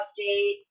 update